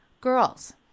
girls